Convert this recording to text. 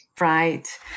Right